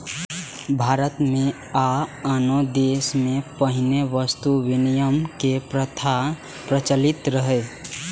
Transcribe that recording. भारत मे आ आनो देश मे पहिने वस्तु विनिमय के प्रथा प्रचलित रहै